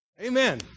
amen